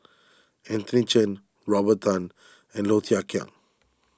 Anthony Chen Robert Tan and Low Thia Khiang